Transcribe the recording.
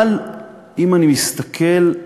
אבל אם אני מסתכל,